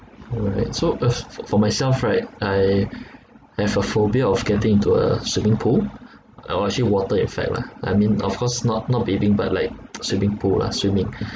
mm and so uh f~ for myself right I have a phobia of getting into a swimming pool or actually water in fact lah I mean of course not not bathing but like swimming pool lah swimming